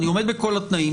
אני עומד בכל התנאים,